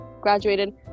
graduated